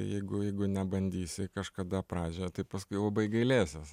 jeigu jeigu nebandysi kažkada pradžioje tai paskui labai gailėsies